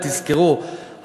תזכרו,